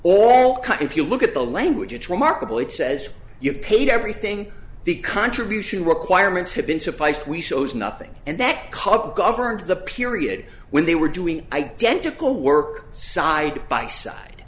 cut if you look at the language it's remarkable it says you've paid everything the contribution requirements have been sufficed we shows nothing and that cup governed the period when they were doing identical work side by side